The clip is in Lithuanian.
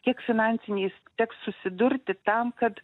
tiek finansiniais teks susidurti tam kad